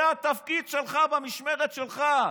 זה התפקיד שלך במשמרת שלך,